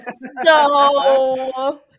No